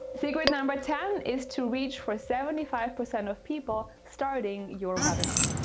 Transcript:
secret number ten is to reach for seventy five percent of people starting your webinar.